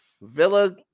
Villa